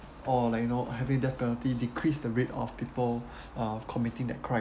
or like you know having death penalty decrease the rate of people uh committing that crime